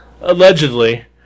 allegedly